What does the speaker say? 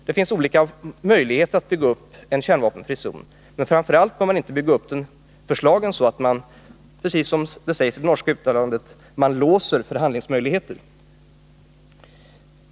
Det finns olika möjligheter att bygga upp en kärnvapenfri zon. Men framför allt skall man inte bygga upp förslagen så att man — som det sägs i det norska uttalandet — låser förhandlingsmöjligheter.